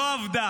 לא עובד.